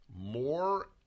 more